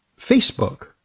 Facebook